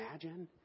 imagine